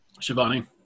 Shivani